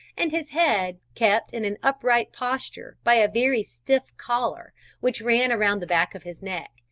and his head kept in an upright posture by a very stiff collar which ran round the back of his neck,